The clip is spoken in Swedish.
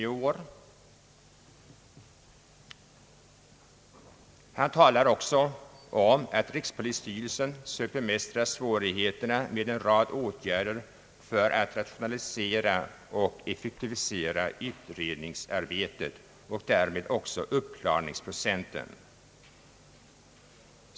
Statsrådet talar också om att rikspolisstyrelsen söker bemästra svårigheterna med en rad åtgärder för att rationalisera och effektivisera utredningsarbetet och därmed också öka uppklaringsprocenten.